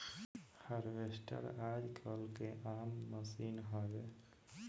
harvester आजकल के आम मसीन हवे